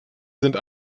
sind